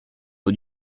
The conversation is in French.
eau